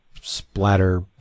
splatter